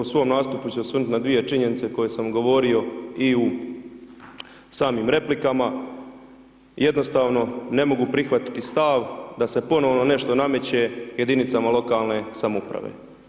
U svom nastupu ću se osvrnuti na dvije činjenice koje sam govorio i u samim replikama, jednostavno ne mogu prihvatiti stav da se ponovno nešto nameće jedinicama lokalne samouprave.